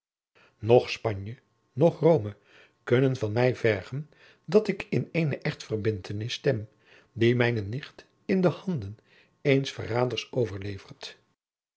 noch spanje noch rome kunnen van mij vergen dat ik in eene echtverbindtenis stem die mijne nicht in de handen eens verraders overlevert